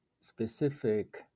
specific